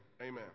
Amen